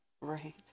Right